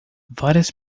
várias